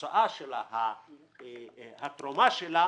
התוצאה שלה והתרומה שלה